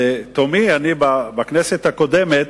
לתומי, אני בכנסת הקודמת